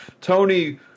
Tony